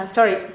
Sorry